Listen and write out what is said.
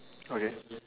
okay